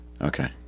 Okay